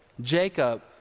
Jacob